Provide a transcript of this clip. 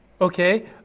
Okay